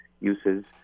uses